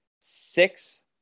six